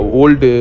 old